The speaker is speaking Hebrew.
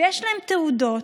יש להם תעודות,